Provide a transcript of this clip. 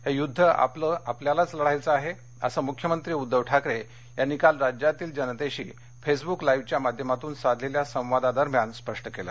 हे युद्ध आपलं आपल्याला लढायचं आहे असं मुख्यमंत्री उद्धव ठाकरे यांनी काल राज्यातील जनतेशी फेसब्क लाईव्हच्या माध्यमातून साधलेल्या संवादादरम्यान स्पष्ट केलं